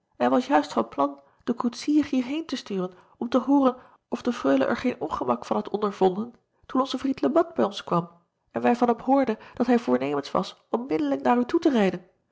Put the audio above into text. en was juist van plan den koetsier hierheen te sturen om te hooren of de reule er geen ongemak van had ondervonden toen onze vriend e at bij ons kwam en wij van hem hoorden dat hij voornemens was onmiddellijk naar u toe te rijden